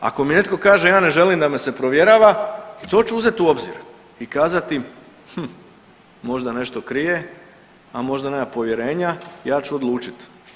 Ako mi netko kaže ja ne želim da me se provjerava i to ću uzeti u obzir i kazati možda nešto krije, a možda nema povjerenja, ja ću odlučiti.